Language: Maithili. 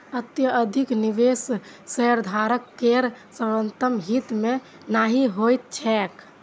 अत्यधिक निवेश शेयरधारक केर सर्वोत्तम हित मे नहि होइत छैक